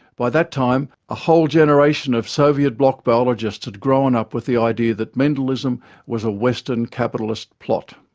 by that time, a whole generation of soviet-bloc biologists had grown up with the idea that mendelism was a western capitalist plot.